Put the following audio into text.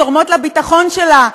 תורמות לביטחון שלה,